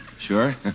Sure